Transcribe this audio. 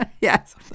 Yes